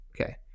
Okay